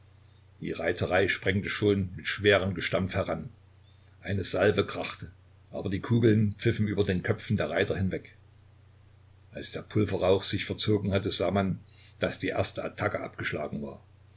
die reiterei sprengte schon mit schwerem gestampf heran eine salve krachte aber die kugeln pfiffen über den köpfen der reiter hinweg als der pulverrauch sich verzogen hatte sah man daß die erste attacke abgeschlagen war